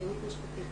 אלימות משפטית.